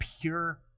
pure